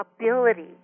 ability